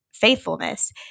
faithfulness